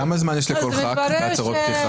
כמה זמן יש לכל חבר כנסת בהצהרות פתיחה?